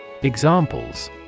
Examples